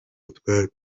utwatsi